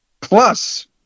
Plus